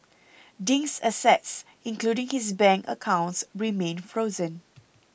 Ding's assets including his bank accounts remain frozen